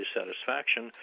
satisfaction